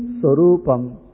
sorupam